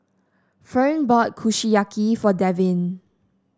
Fern bought Kushiyaki for Devin